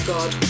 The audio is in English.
God